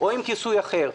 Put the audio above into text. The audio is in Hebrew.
או עם כיסוי אחר,